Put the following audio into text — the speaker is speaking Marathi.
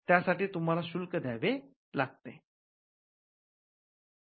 त्यासाठी तुम्हाला शुल्क द्यावे लागते